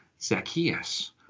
Zacchaeus